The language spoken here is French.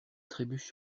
trébuche